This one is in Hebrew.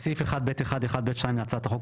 בסעיף 1(ב1)(1)(ב)(2) להצעת החוק,